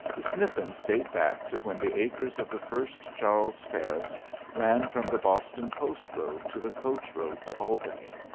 the sniffens date back to when the acres of the first charles ferris ran from the boston post road to the coach road to albany,